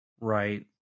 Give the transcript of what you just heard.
Right